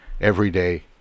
everyday